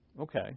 Okay